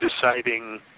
deciding